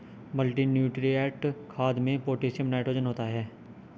multinutrient खाद में potassium nitrogen होता है